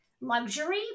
luxury